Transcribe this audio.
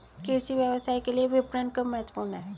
कृषि व्यवसाय के लिए विपणन क्यों महत्वपूर्ण है?